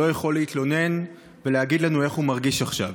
שלא יכול להתלונן ולהגיד לנו איך הוא מרגיש עכשיו,